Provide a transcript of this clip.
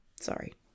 Sorry